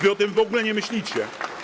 Wy o tym w ogóle nie myślicie.